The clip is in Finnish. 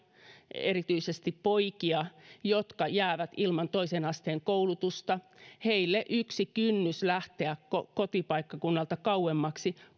erityisesti poikia jotka jäävät ilman toisen asteen koulutusta heille yksi kynnys lähteä kotipaikkakunnalta kauemmaksi